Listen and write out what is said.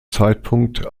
zeitpunkt